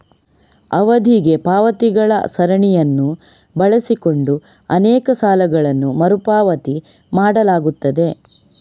ಅವಧಿಗೆ ಪಾವತಿಗಳ ಸರಣಿಯನ್ನು ಬಳಸಿಕೊಂಡು ಅನೇಕ ಸಾಲಗಳನ್ನು ಮರು ಪಾವತಿ ಮಾಡಲಾಗುತ್ತದೆ